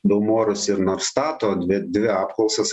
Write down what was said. vimorus ir norstato dvi dvi apklausas